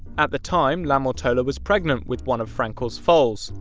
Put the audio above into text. at the time, la mortola was pregnant with one of frankel's foals.